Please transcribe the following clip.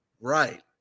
right